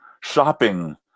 shopping